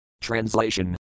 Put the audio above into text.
TRANSLATION